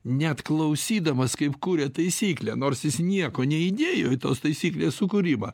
net klausydamas kaip kuria taisyklę nors jis nieko neįdėjo į tos taisyklės sukūrimą